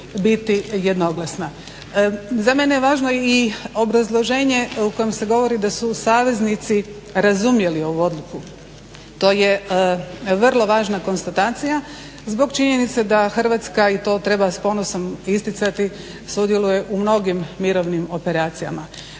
biti jednoglasna. Za mene je važno i obrazloženje u kojem se govori da su saveznici razumjeli ovu Odluku, to je vrlo važna konstatacija zbog činjenice da Hrvatska i to treba s ponosom isticati sudjeluje u mnogim mirovnim operacijama.